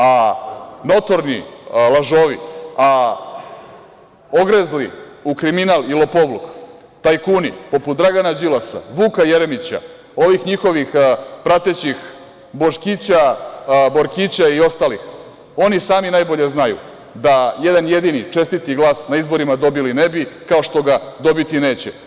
A, notorni lažovi, a ogrezli u kriminal i lopovluk, poput Dragana Đilasa, Vuka Jeremića, ovih njihovih pratećih Boškića, Borkića i ostalih, oni sami najbolje znaju da jedan jedini čestiti glas na izborima dobili ne bi, kao što ga dobiti neće.